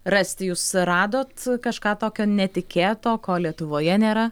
rasti jūs radote kažką tokio netikėto ko lietuvoje nėra